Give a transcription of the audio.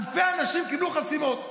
אלפי אנשים קיבלו חסימות.